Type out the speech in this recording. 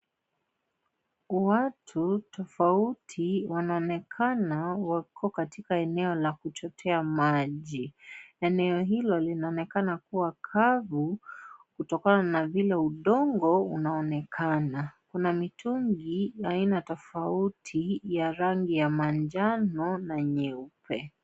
Watu tofauti wanaonekana wakiwa katika eneo la kuchotea maji. Eneo hilo linaonekana kuwa kavu, kutokana na vile udongo unaonekana. Kuna mitungi aina tofauti ya rangi ya manjano na nyeupe.